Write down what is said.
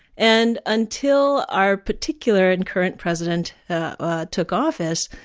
and until our particular and current president ah took office,